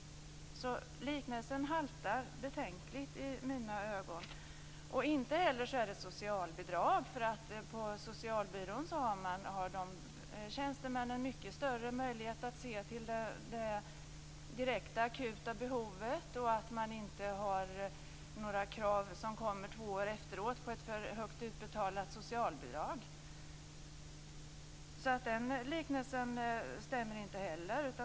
Liknelsen haltar betänkligt i mina ögon. Inte heller är bostadsbidraget att jämföra med socialbidrag. På socialbyrån har tjänstemännen mycket större möjlighet att se till det direkta akuta behovet. Det kommer heller inga krav på återbetalning av ett för högt utbetalat socialbidrag två år efteråt. Den liknelsen stämmer inte heller.